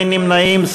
אין נמנעים.